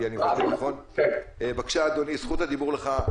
אדוני, בבקשה, זכות הדיבור לך.